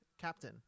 captain